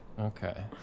Okay